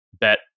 bet